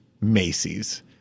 Macy's